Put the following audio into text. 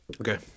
Okay